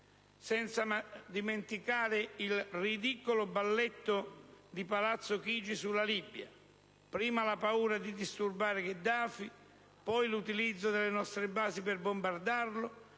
senza dimenticare il ridicolo balletto di Palazzo Chigi sulla Libia: prima la paura di disturbare Gheddafi, poi l'utilizzo delle nostre basi per bombardarlo,